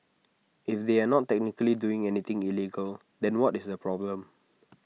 if they are not technically doing anything illegal then what is the problem